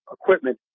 equipment